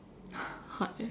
hard eh